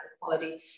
quality